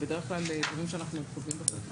זה בדרך כלל דברים שאנחנו קובעים בחקיקה.